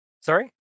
Sorry